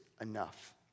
enough